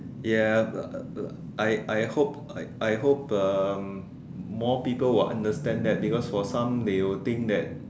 ya but uh uh I I hope I hope um more people will understand that because for some they will think that